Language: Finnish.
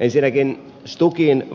ensinnäkin stukin